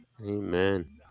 Amen